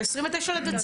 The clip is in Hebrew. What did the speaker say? זה היה ב-29 בדצמבר,